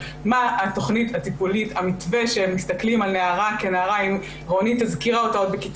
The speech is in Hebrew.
אם ניקח נערה שצריכה להיות במעון נעול ונשים אותה במסגרת